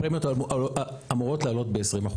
הפרמיות אמורות לעלות ב-20%.